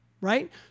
right